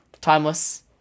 Timeless